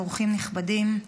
אורחים נכבדים,